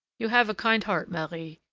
you have a kind heart, marie,